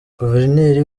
guverineri